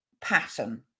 pattern